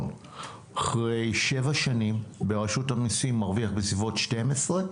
אחרי שבע שנים ברשות המיסים מרוויח בסביבות 12,